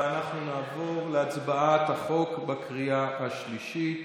ואנחנו נעבור להצבעה על החוק בקריאה השלישית,